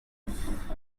knife